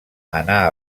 anà